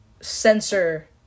censor